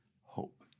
Hope